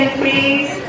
please